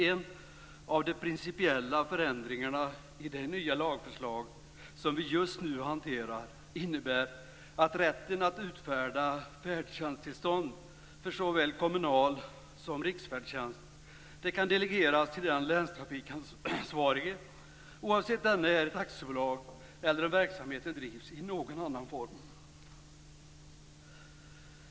En av de principiella förändringarna i det nya lagförslag som vi just nu hanterar innebär att rätten att utfärda färdtjänsttillstånd för såväl kommunal som riksfärdtjänst kan delegeras till den länstrafikansvarige oavsett om denne är ett aktiebolag eller om verksamheten bedrivs i någon annan form.